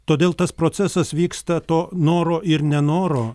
todėl tas procesas vyksta to noro ir nenoro